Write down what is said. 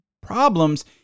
problems